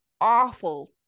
awful